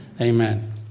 Amen